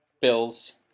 Bills